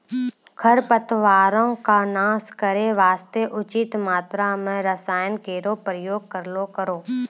खरपतवारो क नाश करै वास्ते उचित मात्रा म रसायन केरो प्रयोग करलो करो